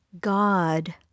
God